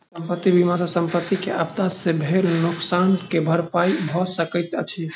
संपत्ति बीमा सॅ संपत्ति के आपदा से भेल नोकसान के भरपाई भअ सकैत अछि